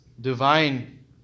divine